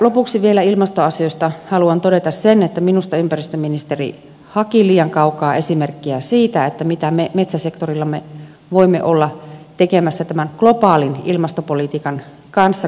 lopuksi vielä ilmastoasioista haluan todeta sen että minusta ympäristöministeri haki liian kaukaa esimerkkejä siitä mitä me metsäsektorillamme voimme olla tekemässä tämän globaalin ilmastopolitiikan kanssa